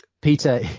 Peter